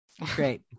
Great